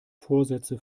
vorsätze